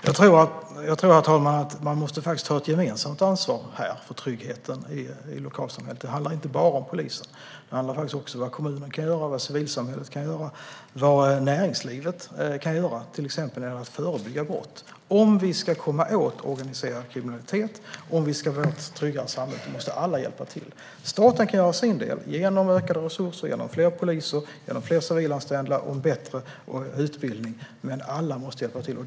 Herr talman! Jag tror att man måste ta ett gemensamt ansvar för tryggheten i lokalsamhället. Det handlar inte bara om polisen, utan det handlar också om vad kommunen kan göra, vad civilsamhället kan göra och vad näringslivet kan göra till exempel när det gäller att förebygga brott. Om vi ska komma åt organiserad kriminalitet och om vi ska få ett tryggare samhälle måste alla hjälpa till. Staten kan göra sin del genom ökade resurser, genom fler poliser, genom fler civilanställda och genom en bättre utbildning. Men alla måste hjälpa till.